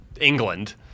England